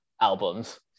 albums